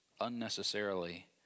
unnecessarily